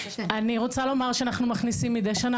אני רוצה לומר שאנחנו מכניסים מידי שנה